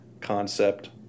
concept